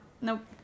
nope